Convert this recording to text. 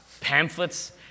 pamphlets